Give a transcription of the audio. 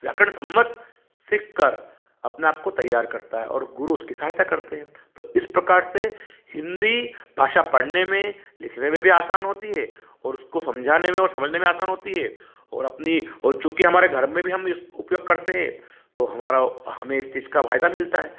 व्याकरण सम्मत सीखकर अपने आप को तैयार करता है और गुरू उसकी सहायता करते हैं तो इस प्रकार से हिंदी भाषा पढ़ने में लिखने में भी आसान होती है और उसको समझाने में और समझने में आसान होती हे और अपनी और चूँकि हमारे घर में भी हम इस उपयोग करते हें तो हमारा हमें इस चीज़ का फ़ायदा मिलता है